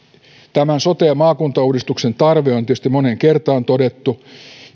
sote ja maakuntauudistuksen tarve on tietysti moneen kertaan todettu